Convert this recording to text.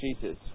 Jesus